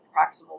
proximal